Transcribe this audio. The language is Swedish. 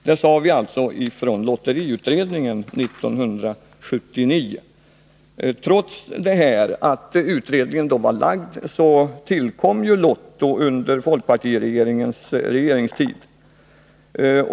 Det sade vi alltså i lotteriutredningen 1979. Trots att utredningens betänkande framlagts tillkom Lotto under folkpartiregeringens tid.